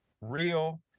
real